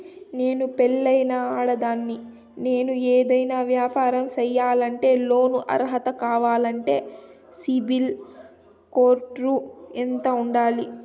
నేను పెళ్ళైన ఆడదాన్ని, నేను ఏదైనా వ్యాపారం సేయాలంటే లోను అర్హత కావాలంటే సిబిల్ స్కోరు ఎంత ఉండాలి?